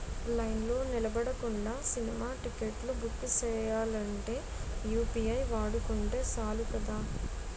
లైన్లో నిలబడకుండా సినిమా టిక్కెట్లు బుక్ సెయ్యాలంటే యూ.పి.ఐ వాడుకుంటే సాలు కదా